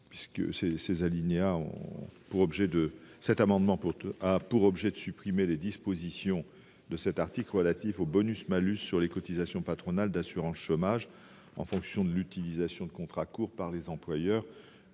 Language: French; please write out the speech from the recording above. Nous proposons de supprimer les dispositions de l'article relatives au bonus-malus sur les cotisations patronales d'assurance chômage en fonction de l'utilisation de contrats courts par les employeurs.